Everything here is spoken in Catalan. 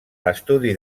l’estudi